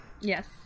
Yes